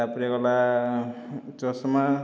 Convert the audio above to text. ତାପରେ ଗଲା ଚଷମା